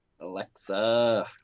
Alexa